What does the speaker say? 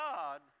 God